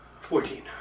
Fourteen